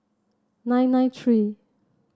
nine nine three